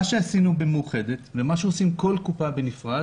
ב"מאוחדת" ובכל קופה בנפרד